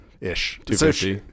Ish